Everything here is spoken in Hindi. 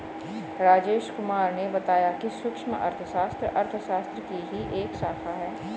राजेश कुमार ने बताया कि सूक्ष्म अर्थशास्त्र अर्थशास्त्र की ही एक शाखा है